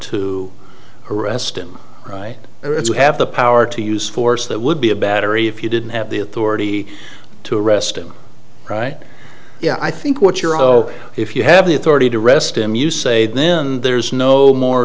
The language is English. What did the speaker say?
to arrest him right we have the power to use force that would be a battery if you didn't have the authority to arrest him right yeah i think what you're oh if you have the authority to arrest him you say then there's no more